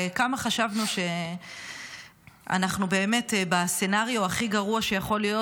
וכמה חשבנו שאנחנו באמת בסצנריו הכי גרוע שיכול להיות,